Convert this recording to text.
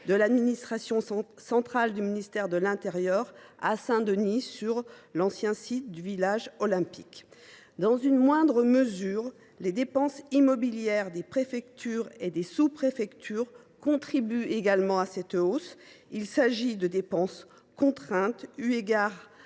de l’administration centrale du ministère de l’intérieur à Saint Denis sur l’ancien site du village olympique. Dans une moindre mesure, les dépenses immobilières des préfectures et des sous préfectures contribuent également à cette hausse. Il s’agit de dépenses contraintes : la